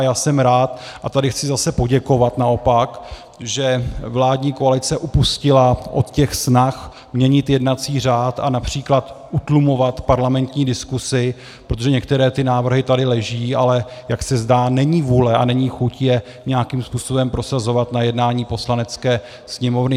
Já jsem rád a tady chci zase naopak poděkovat, že vládní koalice upustila od snah měnit jednací řád a například utlumovat parlamentní diskusi, protože některé návrhy tady leží, ale jak se zdá, není vůle a není chuť je nějakým způsobem prosazovat na jednání Poslanecké sněmovny.